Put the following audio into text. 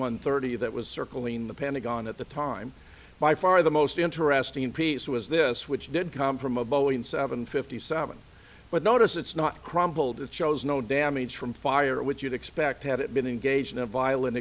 one thirty that was circling the pentagon at the time by far the most interesting piece was this which did come from a boeing seven fifty seven but notice it's not crumpled it shows no damage from fire which you'd expect had it been engaged in a violent